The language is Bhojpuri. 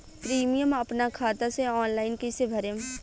प्रीमियम अपना खाता से ऑनलाइन कईसे भरेम?